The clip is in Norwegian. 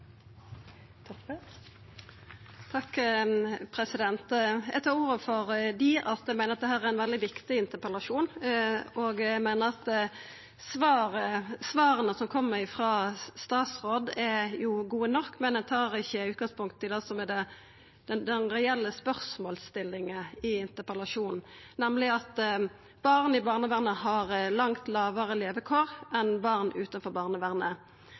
ein veldig viktig interpellasjon. Svara som kjem frå statsråden, er gode nok, men ein tar ikkje utgangspunkt i det som er den reelle spørsmålsstillinga i interpellasjonen, nemleg at barn i barnevernet har langt lågare levekår enn barn utanfor barnevernet.